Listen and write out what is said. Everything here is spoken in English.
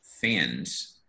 fans